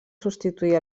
substituir